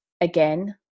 again